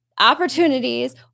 opportunities